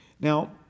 Now